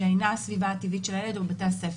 שאינה הסביבה הטבעית של הילד או בתי הספר,